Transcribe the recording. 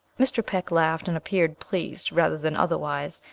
mr. peck laughed and appeared pleased, rather than otherwise,